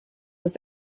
des